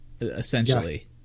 Essentially